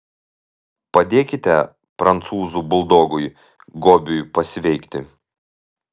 padėkite prancūzų buldogui gobiui pasveikti